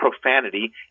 profanity